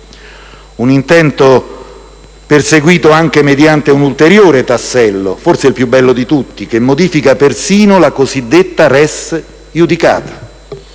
Un intento perseguito anche mediante un ulteriore tassello, forse il più bello di tutti, che modifica persino la cosiddetta *res iudicata*.